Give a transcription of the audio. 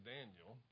Daniel